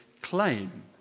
claim